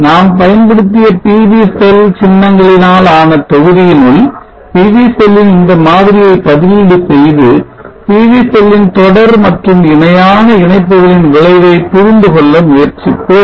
நாம் பயன்படுத்திய PV cell சின்னங்களினால் ஆன தொகுதியினுள் PV செல்லின் இந்த மாதிரியை பதிலீடு செய்து PV செல்லின் தொடர் மற்றும் இணையான இணைப்புகளின் விளைவை புரிந்துகொள்ள முயற்சிப்போம்